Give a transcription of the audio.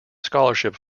scholarship